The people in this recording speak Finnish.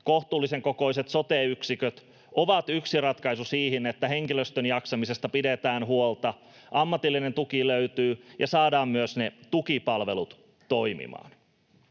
kohtuullisen kokoiset sote-yksiköt ovat yksi ratkaisu siihen, että henkilöstön jaksamisesta pidetään huolta, ammatillinen tuki löytyy ja saadaan myös ne tukipalvelut toimimaan.